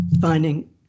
finding